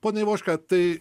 pone ivoška tai